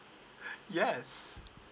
yes